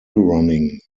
running